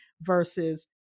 versus